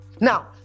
Now